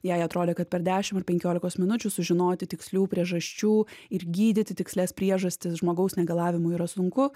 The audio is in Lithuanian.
jai atrodė kad per dešim ar penkiolikos minučių sužinoti tikslių priežasčių ir gydyti tikslias priežastis žmogaus negalavimų yra sunku